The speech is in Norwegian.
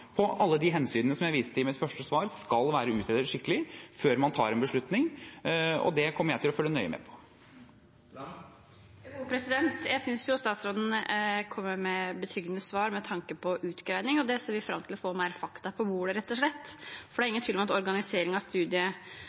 alle de hensynene som jeg viste til i mitt første svar, skal være utredet skikkelig før man tar en beslutning. Det kommer jeg til å følge nøye med på. Jeg synes statsråden kommer med betryggende svar med tanke på utredning, og her ser vi fram til å få mer fakta på bordet rett og slett. For det er ingen tvil om at organisering av